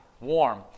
warm